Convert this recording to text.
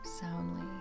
soundly